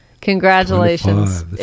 Congratulations